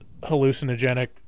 hallucinogenic